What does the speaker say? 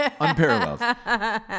unparalleled